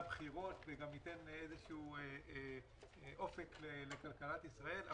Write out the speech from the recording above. בחירות וגם ייתן איזה אופק לכלכלת ישראל.